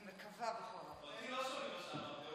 אני מקווה, בכל אופן.